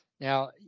Now